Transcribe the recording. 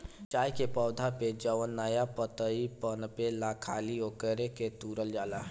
चाय के पौधा पे जवन नया पतइ पनपेला खाली ओकरे के तुरल जाला